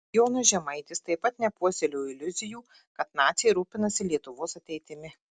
jonas žemaitis taip pat nepuoselėjo iliuzijų kad naciai rūpinasi lietuvos ateitimi